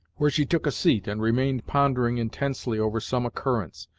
where she took a seat and remained pondering intensely over some occurrence,